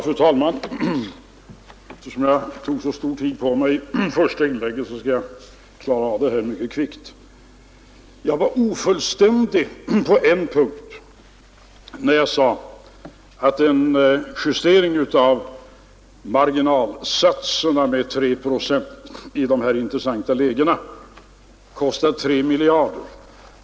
Fru talman! Eftersom jag tog så god tid på mig för mitt första inlägg skall jag klara av det här mycket kvickt. Jag uttryckte mig ofullständigt på en punkt när jag sade att en justering av marginalskattesatserna med 3 procent i de här intressanta inkomstlägena kostar 3 miljarder.